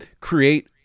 create